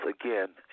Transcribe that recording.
again